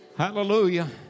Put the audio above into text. Hallelujah